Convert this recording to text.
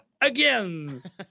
again